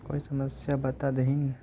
कोई समस्या बता देतहिन?